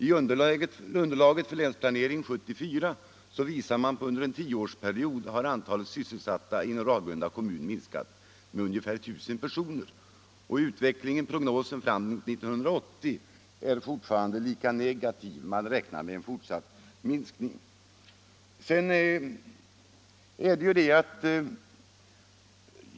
I underlaget till Länsplanering 1974 visar man att under en tioårsperiod har antalet sysselsatta inom Ragunda kommun minskat med ungefär 1 000 personer. Prognosen fram till 1980 är fortfarande lika negativ. Man räknar med en fortsatt minskning.